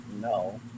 no